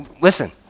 listen